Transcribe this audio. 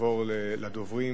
נעבור לדוברים.